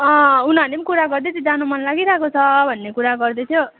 अँ उनीहरूले पनि कुरा गर्दैथ्यो जानु मन लागिरहेको छ भन्ने कुरा गर्दैथ्यो